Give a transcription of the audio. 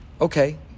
Okay